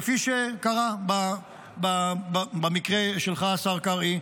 כפי שקרה במקרה שלך, השר קרעי.